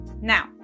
Now